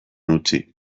utzi